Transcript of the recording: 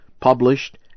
published